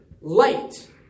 light